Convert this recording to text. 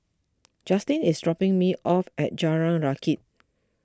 Justine is dropping me off at Jalan Rakit